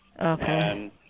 Okay